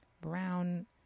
brown